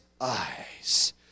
eyes